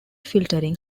filtering